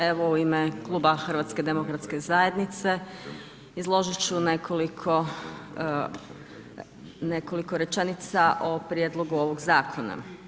Evo u ime kluba HDZ-a izložit ću nekoliko rečenica o prijedlogu ovog zakona.